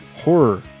horror